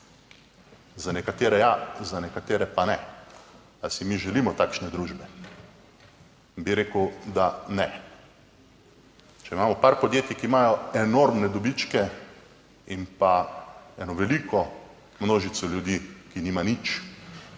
Za nekatere ja, za nekatere pa ne. Ali si mi želimo takšne družbe? Bi rekel, da ne. Če imamo par podjetij, ki imajo enormne dobičke in pa eno veliko množico ljudi, ki nima nič.